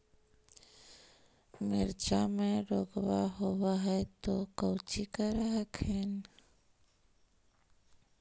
मिर्चया मे रोग्बा होब है तो कौची कर हखिन?